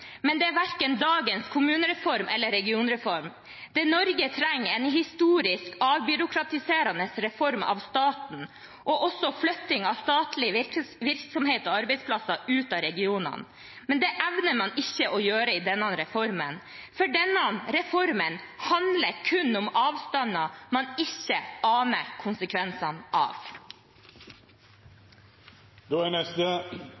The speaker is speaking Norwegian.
men det er verken dagens kommunereform eller regionreform. Det Norge trenger, er en historisk, avbyråkratiserende reform av staten og også flytting av statlige virksomheter og arbeidsplasser ut av regionene. Men det evner man ikke å gjøre i denne reformen, for denne reformen handler kun om avstander man ikke aner konsekvensene